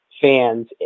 fans